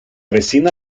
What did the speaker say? vecina